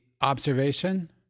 observation